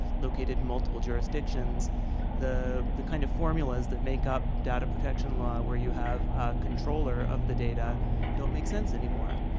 located in multiple jurisdictions the the kind of formulas that make up data protection law where you have a controller of the data don't make sense any more.